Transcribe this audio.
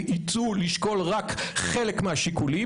וייטו לשקול רק חלק מהשיקולים,